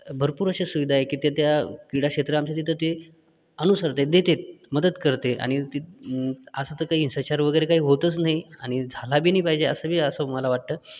भरपूर अशा सुविधा आहे की ते त्या क्रीडाक्षेत्र आमच्या तिथं ते अनुसार ते देते मदत करते आणि ती असं तर काही हिंसाचार वगैरे काही होतच नाही आणि झाला बी नाही पाहिजे असं बी असो मला वाटतं